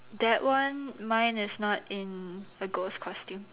that one mine is not in the ghost costume